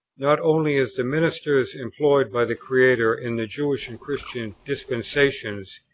not only as the ministers employed by the creator in the jewish and christian dispensations,